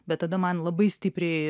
bet tada man labai stipriai